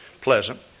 pleasant